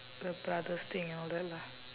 the brother's thing and all that lah